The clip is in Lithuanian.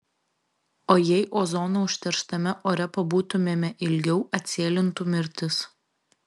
o jei ozonu užterštame ore pabūtumėme ilgiau atsėlintų mirtis